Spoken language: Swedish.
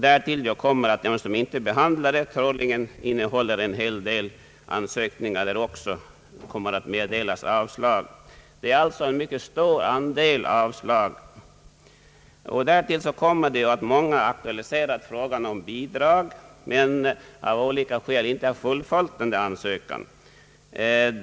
Därtill kommer att av de ansökningar som ännu inte är behandlade troligen en hel del kommer att avslås. Det är alltså en mycket stor andel avslag. Vidare är det många personer som har aktualiserat frågan om bidrag men av olika skäl inte fullföljt sin ansökan.